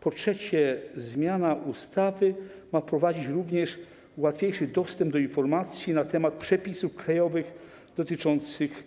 Po trzecie, zmiana ustawy ma wprowadzić również łatwiejszy dostęp do informacji na temat przepisów krajowych dotyczących